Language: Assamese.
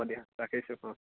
হ'ব দিয়া ৰাখিছোঁ অঁ